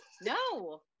no